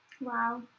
wow